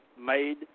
made